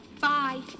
bye